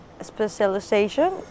specialization